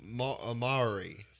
amari